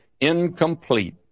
incomplete